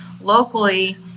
locally